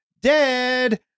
Dead